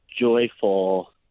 joyful